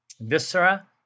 Viscera